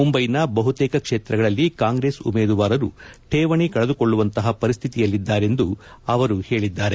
ಮುಂಬೈನ ಬಹುತೇಕ ಕ್ಷೇತ್ರಗಳಲ್ಲಿ ಕಾಂಗ್ರೆಸ್ ಉಮೇದುವಾರರು ಕೇವಣಿ ಕಳೆದುಕೊಳ್ಳುವಂತಹ ಪರಿಸ್ಥಿತಿಯಲ್ಲಿದ್ದಾರೆಂದು ಅವರು ಹೇಳಿದ್ದಾರೆ